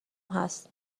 هست